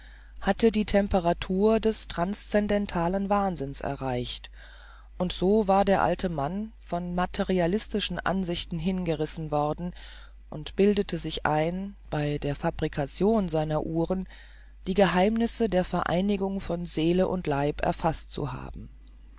hatte die temperatur des transscendentalen wahnsinns erreicht und so war der alte mann von materialistischen ansichten hingerissen worden und bildete sich ein bei der fabrikation seiner uhren die geheimnisse der vereinigung von seele und leib erfaßt zu haben